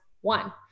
one